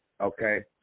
okay